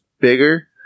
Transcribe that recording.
bigger